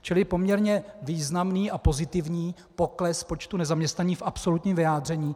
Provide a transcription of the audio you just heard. Čili poměrně významný a pozitivní pokles počtu nezaměstnaných v absolutním vyjádření.